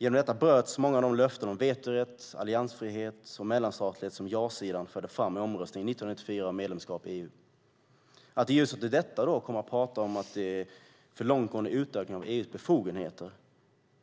Genom detta bröts många av de löften om vetorätt, alliansfrihet och mellanstatlighet som ja-sidan förde fram i folkomröstningen 1994 om medlemskap i EU. Att i ljuset av detta komma och prata om för långtgående utökning av EU:s befogenheter